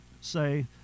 say